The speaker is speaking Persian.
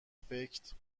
فکت